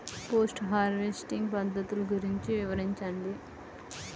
Post harvesting పద్ధతులు గురించి వివరించండి?